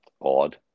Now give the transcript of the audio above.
odd